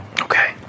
Okay